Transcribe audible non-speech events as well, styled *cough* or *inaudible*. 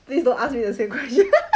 please don't ask me the same question *laughs*